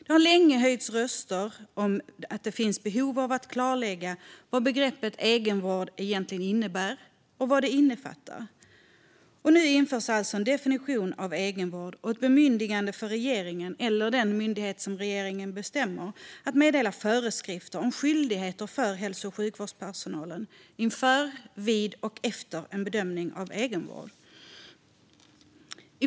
Det har länge höjts röster om att det finns ett behov av att klarlägga vad begreppet egenvård egentligen innebär och innefattar, och nu införs alltså en definition av egenvård och ett bemyndigande för regeringen, eller den myndighet som regeringen bestämmer, att meddela föreskrifter om skyldigheter för hälso och sjukvårdspersonalen inför, vid och efter en bedömning av egenvård.